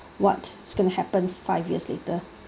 what's gonna happen five years' later